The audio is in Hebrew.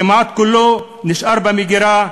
כמעט כולו נשאר במגירה,